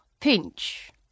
Pinch